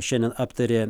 šiandien aptarė